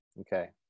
okay